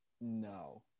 No